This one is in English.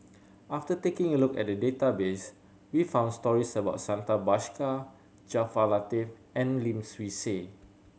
after taking a look at the database we found stories about Santha Bhaskar Jaafar Latiff and Lim Swee Say